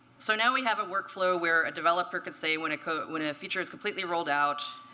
so now, we have a workflow where a developer can say, when a code when a a feature is completely rolled out,